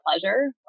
pleasure